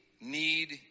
need